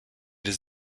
does